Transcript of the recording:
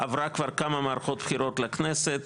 עברה כבר כמה מערכות בחירות לכנסת,